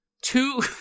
two